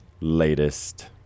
latest